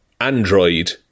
android